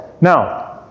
Now